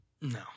No